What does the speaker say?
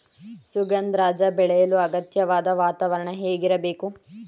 ಸುಗಂಧರಾಜ ಬೆಳೆಯಲು ಅಗತ್ಯವಾದ ವಾತಾವರಣ ಹೇಗಿರಬೇಕು?